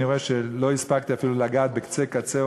אני רואה שלא הספקתי אפילו לגעת בקצה-קצהו,